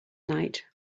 night